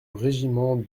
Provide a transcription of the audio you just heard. régiment